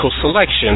selection